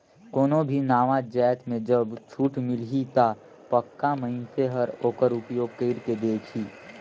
कोनो भी नावा जाएत में जब छूट मिलही ता पक्का मइनसे हर ओकर उपयोग कइर के देखही